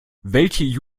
welche